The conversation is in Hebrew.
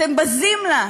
אתם בזים לה.